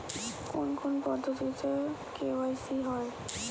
কোন কোন পদ্ধতিতে কে.ওয়াই.সি হয়?